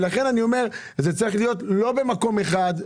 לכן אני אומר: זה צריך להיות לא במקום אחד.